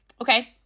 okay